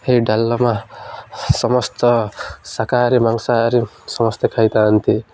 ଏହି ଡାଲମା ସମସ୍ତ ଶାକାହାରୀ ମାଂସହାରୀ ସମସ୍ତେ ଖାଇଥାନ୍ତି